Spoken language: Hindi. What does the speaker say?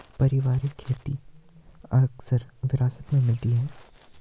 पारिवारिक खेती अक्सर विरासत में मिलती है